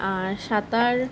আর সাঁতার